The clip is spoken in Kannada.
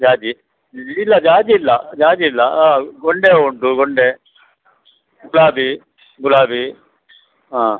ಜಾಜಿ ಇಲ್ಲ ಜಾಜಿ ಇಲ್ಲ ಜಾಜಿ ಇಲ್ಲ ಗೊಂಡೆ ಹೂ ಉಂಟು ಗೊಂಡೆ ಗುಲಾಬಿ ಗುಲಾಬಿ ಹಾಂ